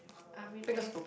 I mean I guess